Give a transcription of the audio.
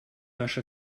наша